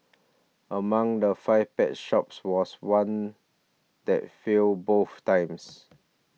among the five pet shops was one that failed both times